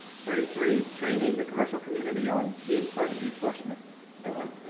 thirty three, training the commercial community on being part of the enforcement effort.